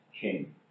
King